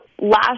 last